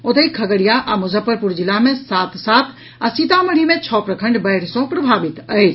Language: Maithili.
ओतहि खगड़िया आ मुजफ्फरपुर जिला मे सात सात आ सीतामढ़ी मे छओ प्रखंड बाढ़ि सँ प्रभावित अछि